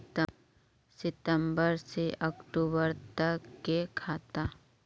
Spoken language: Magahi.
सितम्बर से अक्टूबर तक के खाता?